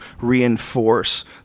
reinforce